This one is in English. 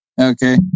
Okay